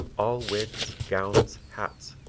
all wigs, gowns, hats,